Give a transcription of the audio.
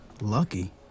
Lucky